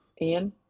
Ian